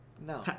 No